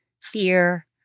fear